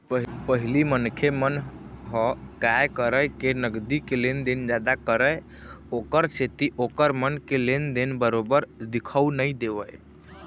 पहिली मनखे मन ह काय करय के नगदी के लेन देन जादा करय ओखर सेती ओखर मन के लेन देन बरोबर दिखउ नइ देवय